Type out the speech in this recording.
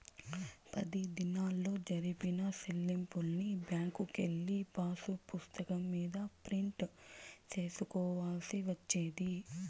పది దినాల్లో జరిపిన సెల్లింపుల్ని బ్యాంకుకెళ్ళి పాసుపుస్తకం మీద ప్రింట్ సేసుకోవాల్సి వచ్చేది